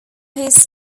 his